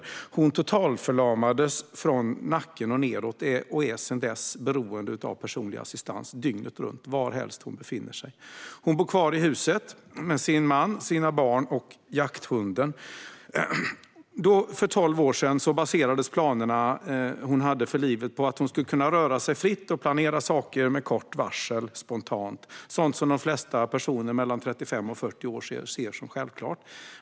Maria totalförlamades från nacken och nedåt och är sedan dess beroende av personlig assistans dygnet runt varhelst hon befinner sig. Hon bor kvar i huset med sin man, sina barn och jakthunden. För tolv år sedan baserades hennes planer för livet på att hon skulle kunna röra sig fritt och planera saker med kort varsel, sådant som de flesta personer mellan 35 och 40 år ser som självklart.